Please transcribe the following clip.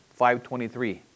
5.23